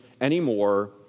anymore